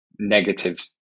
negatives